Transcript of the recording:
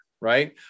right